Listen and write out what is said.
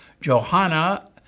Johanna